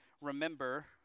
remember